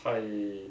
拜